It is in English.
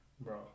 bro